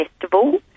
Festival